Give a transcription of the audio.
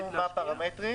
אנחנו קבענו מה הפרמטרים,